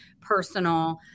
personal